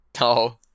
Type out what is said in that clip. No